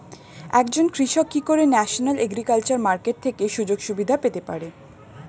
একজন কৃষক কি করে ন্যাশনাল এগ্রিকালচার মার্কেট থেকে সুযোগ সুবিধা পেতে পারে?